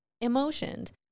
emotions